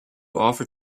offer